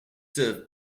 served